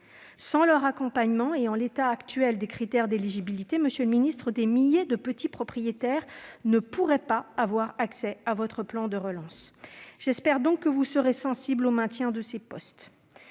Sans leur accompagnement, en l'état actuel des critères d'éligibilité, monsieur le ministre, des milliers de petits propriétaires ne pourront pas avoir accès à votre plan de relance. J'espère donc que vous serez sensible au maintien de ces postes.